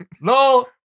No